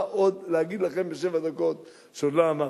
מה עוד להגיד לכם בשבע דקות שעוד לא אמרתי?